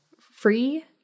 free